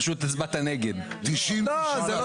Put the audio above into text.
הצבעה לא אושר.